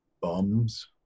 bums